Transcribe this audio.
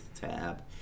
tab